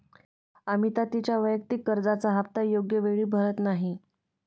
अमिता तिच्या वैयक्तिक कर्जाचा हप्ता योग्य वेळी भरत नाही